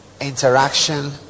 interaction